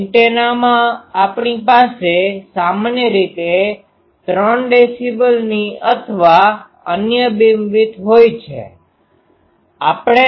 એન્ટેનામાં આપણી પાસે સામાન્ય રીતે 3dBની અથવા અન્ય બીમવિડ્થ હોય છે